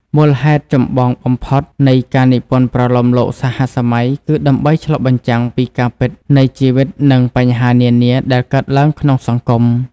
មូលហេតុចម្បងបំផុតនៃការនិពន្ធប្រលោមលោកសហសម័យ គឺដើម្បី ឆ្លុះបញ្ចាំងពីការពិតនៃជីវិត និងបញ្ហានានាដែលកើតឡើងក្នុងសង្គម។